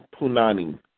Punani